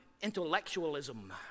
intellectualism